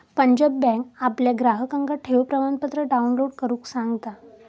Punjab bank आपल्या ग्राहकांका ठेव प्रमाणपत्र डाउनलोड करुक सांगता